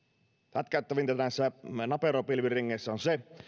hätkäyttävintä näissä naperopilviringeissä on se